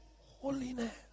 holiness